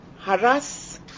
harass